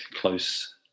close